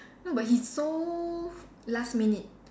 no but he's so last minute